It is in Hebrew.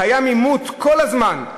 "קיים עימות כל הזמן,